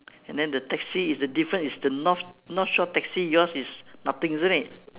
and then the taxi is the difference is the north north shore taxi yours is nothing isn't it